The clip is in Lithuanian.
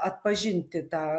atpažinti tą